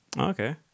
okay